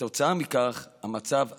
כתוצאה מכך, המצב הרפואי,